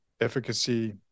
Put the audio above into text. efficacy